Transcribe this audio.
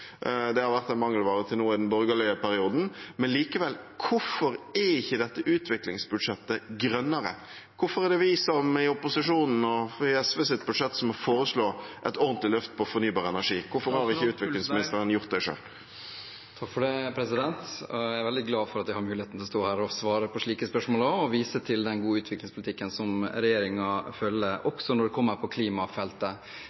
det har vært en mangelvare til nå i den borgerlige perioden, men likevel: Hvorfor er ikke dette utviklingsbudsjettet grønnere? Hvorfor er det vi som er i opposisjonen og SVs budsjett som må foreslå et ordentlig løft på fornybar energi? Hvorfor har ikke utviklingsministeren gjort det selv? Jeg er veldig glad for at jeg har muligheten til å stå her og svare på slike spørsmål og vise til den gode utviklingspolitikken som regjeringen følger